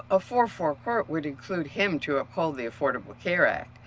a four four court would include him to uphold the affordable care act,